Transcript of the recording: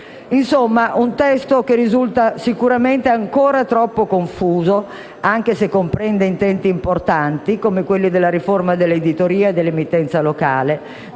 In sostanza, è un testo che risulta sicuramente ancora troppo confuso, anche se comprende intenti importanti, come quelli della riforma dell'editoria e della emittenza locale,